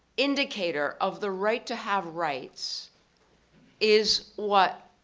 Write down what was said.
indicator of the right to have rights is what